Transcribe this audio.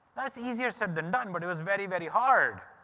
that's easier said than done. but it was very, very hard.